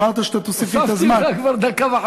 אמרת שתוסיף לי זמן.